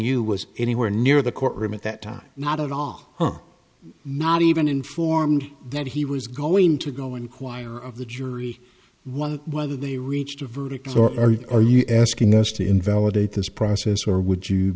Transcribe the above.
you was anywhere near the courtroom at that time not at all not even informed that he was going to go inquire of the jury one of whether they reached a verdict or are you asking us to invalidate this process or would you